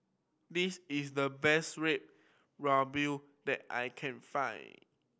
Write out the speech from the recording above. this is the best Red Ruby that I can find